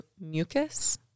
mucus